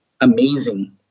amazing